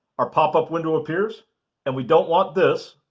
our pop-up window appears and we don't want this.